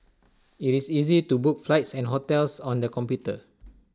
IT is easy to book flights and hotels on the computer